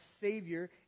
Savior